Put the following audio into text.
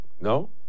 no